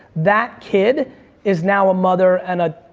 that kid is now a mother and a